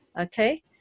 okay